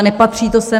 Nepatří to sem.